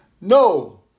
No